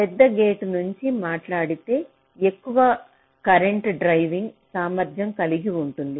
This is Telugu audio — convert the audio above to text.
పెద్ద గేట్ గురించి మాట్లాడితే ఎక్కువ కరెంట్ డ్రైవింగ్ సామర్ధ్యం కలిగి ఉంటుంది